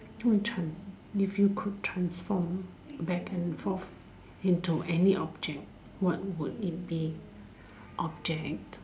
what trans~ if you could transform back and forth into any object what would it be object